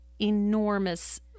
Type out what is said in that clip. enormous